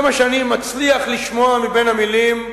וזה מה שאני מצליח לשמוע בין המלים: